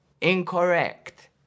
incorrect